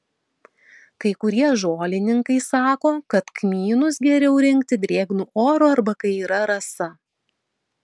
kai kurie žolininkai sako kad kmynus geriau rinkti drėgnu oru arba kai yra rasa